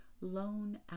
lone